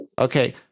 Okay